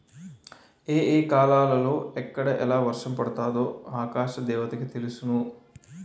ఏ ఏ కాలాలలో ఎక్కడ ఎలా వర్షం పడాలో ఆకాశ దేవతకి తెలుసును